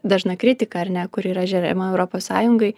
dažna kritika ar ne kuri yra žeriama europos sąjungai